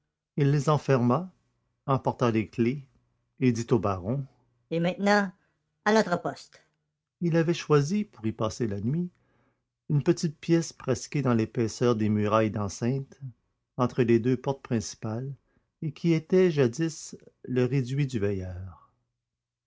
il les enferma emporta les clefs et dit au baron et maintenant à notre poste il avait choisi pour y passer la nuit une petite pièce pratiquée dans l'épaisseur des murailles d'enceinte entre les deux portes principales et qui était jadis le réduit du veilleur